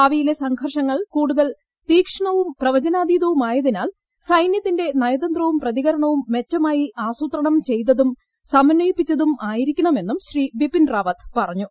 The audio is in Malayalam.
ഭാവിയിലെ സംഘർഷങ്ങൾ കൂടുതൽ തീഷ്ണവും പ്രവചനാതീതവുമായതിനാൽ സൈന്യത്തിന്റെ നയതന്ത്രവും പ്രതികരണവും മെച്ചമായി ആസൂത്രണം ചെയ്തതും സമന്വയിപ്പിച്ചതുമായിരിക്കണമെന്നും ശ്രീ ബിപിൻ റാവത്ത് പറഞ്ഞു